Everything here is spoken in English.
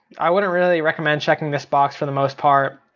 i wouldn't really recommend checking this box for the most part.